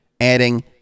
adding